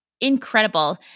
incredible